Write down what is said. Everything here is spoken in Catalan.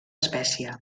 espècie